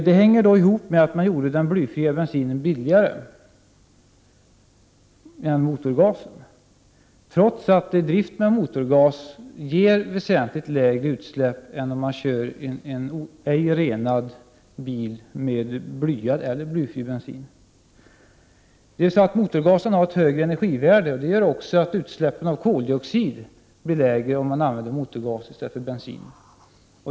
Detta hänger ihop med att man gjorde den blyfria bensinen billigare än motorgasen. Det skedde trots att drift med motorgas ger ett väsentligt lägre utsläpp än om man kör en bil utan rening med blyad eller blyfri bensin. Motorgasen har ett högre energivärde. Det gör att utsläppen av koldioxid blir lägre om man använder motorgas i stället för bensin.